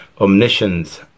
omniscience